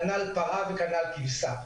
כנ"ל פרה וכנ"ל כבשה.